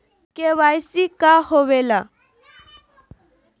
KYC का होवेला?